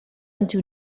into